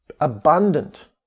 abundant